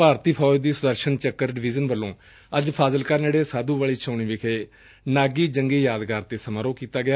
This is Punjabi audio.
ਭਾਰਤੀ ਫੌਜ ਦੀ ਸੁਦਰਸੁਨ ਚੱਕਰ ਡਿਵੀਜ਼ਨ ਵੱਲੋਂ ਅੱਜ ਫਾਜ਼ਿਲਕਾ ਨੇੜੇ ਸਾਧੁ ਵਾਲੀ ਛਾਉਣੀ ਵਿਖੇ ਨਾਗੀ ਜੰਗੀ ਯਾਦਗਾਰ ਤੇ ਸਮਾਰੋਹ ਕੀਤਾ ਗਿਆ